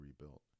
rebuilt